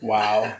Wow